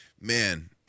man